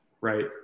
right